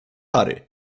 harry